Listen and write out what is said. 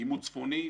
עימות צפוני,